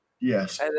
Yes